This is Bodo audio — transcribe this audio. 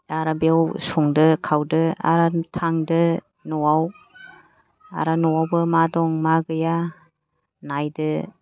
आरो बेयाव संदो खावदो आरो थांदो न'आव आरो न'आवबो मा दं मा गैया नायदो